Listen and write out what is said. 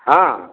ହଁ